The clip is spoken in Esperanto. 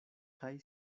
kaj